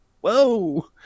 whoa